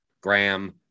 Graham